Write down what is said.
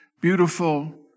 beautiful